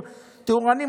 תאורנים,